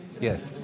Yes